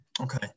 Okay